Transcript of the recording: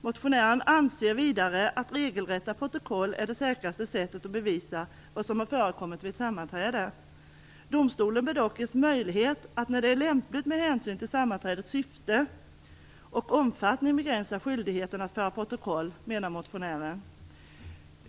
Motionärerna anser vidare att regelrätta protokoll är det säkraste sättet att bevisa vad som har förekommit vid ett sammanträde. Domstolen bör dock ges möjlighet att, när det är lämpligt med hänsyn till sammanträdets syfte och omfattning, begränsa skyldigheten att föra protokoll, anser motionärerna.